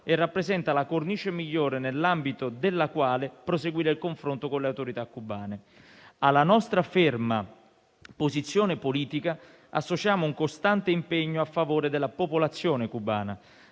rappresenta la cornice migliore nell'ambito della quale proseguire il confronto con le autorità cubane. Alla nostra ferma posizione politica associamo un costante impegno a favore della popolazione cubana.